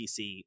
PC